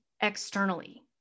externally